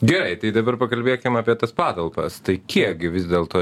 gerai tai dabar pakalbėkim apie tas patalpas tai kiek gi vis dėlto